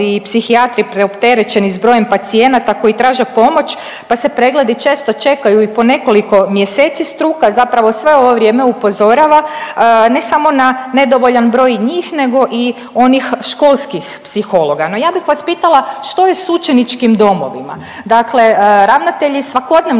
i psihijatri preopterećeni sa brojem pacijenata koji traže pomoć, pa se pregledi često čekaju i po nekoliko mjeseci. Struka zapravo sve ovo vrijeme upozorava ne samo na nedovoljan broj njih nego i onih školskih psihologa. No, ja bih vas pitala što je sa učeničkim domovima? Dakle, ravnatelji svakodnevno